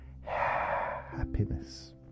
happiness